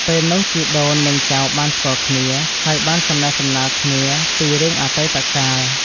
ពេលនោះជីដូននិងចៅបានស្គាល់គ្នា ហើយបានសំណេះសំណាលគ្នាពីរឿងអតីតកាល ។